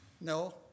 No